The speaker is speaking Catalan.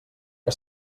que